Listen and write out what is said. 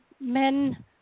men